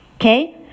Okay